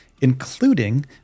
including